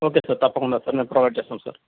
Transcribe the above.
okay sir తప్పకుండా sir మేము provide చేస్తాము సార్